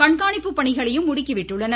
கண்காணிப்பு பணிகளையும் முடுக்கிவிட்டுள்ளனர்